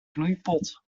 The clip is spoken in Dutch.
knoeipot